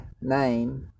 name